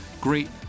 great